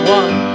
one